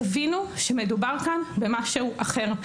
תבינו שמדובר כאן במשהו אחר.